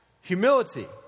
humility